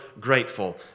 grateful